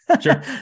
Sure